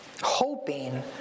hoping